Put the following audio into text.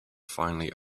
finally